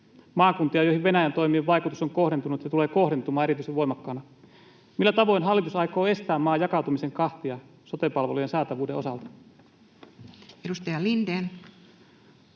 maakuntia, joihin Venäjän toimien vaikutus on kohdentunut ja tulee kohdentumaan erityisen voimakkaana. Millä tavoin hallitus aikoo estää maan jakautumisen kahtia sote-palvelujen saatavuuden osalta? Edustaja Lindén.